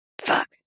Fuck